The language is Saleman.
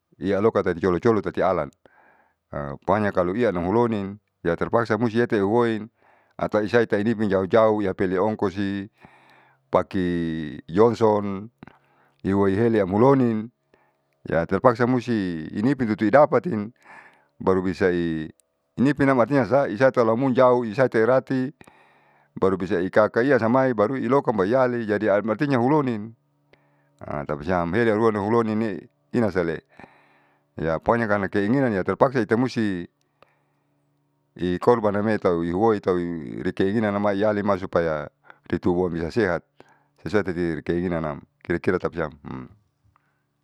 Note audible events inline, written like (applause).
Iyaloka tati colo colo tati alan (hesitation) pokonya kalu iyanam ulonin ya terpaksa musti iyate huoin atau isaite ini pi jauh jauh yapele ongkosi paki jongson yuoiele amuloni siam terpaksa musti inipin tutu idapati baru bisai nipinam artinyasa isata laumun jauh isaterati baru bisa ikakaiamai baru ilokomayale jadi am artinya hulonin atapasiam herauruaoinine'e ina salee ya pokonya lakeinginan ya terpaksa ita musti i korbaname'e tau hiuoi tau rikeinginan amaiyale ma supaya katong bisa sehat sesuai tati keinginanam kira tapasiam. (hesitation)